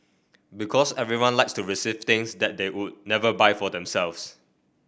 because everyone likes to receive things that they would never buy for themselves